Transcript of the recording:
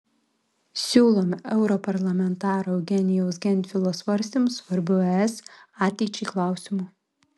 siūlome europarlamentaro eugenijaus gentvilo svarstymus svarbiu es ateičiai klausimu